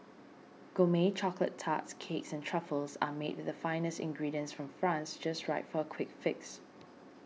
gourmet chocolate tarts cakes and truffles are made with the finest ingredients from France just right for a quick fix